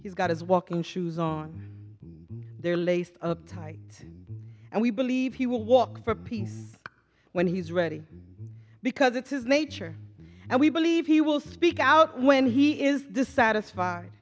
he's got his walking shoes on their lace up time and we believe he will walk for peace when he's ready because it's his nature and we believe he will speak out when he is this satisfied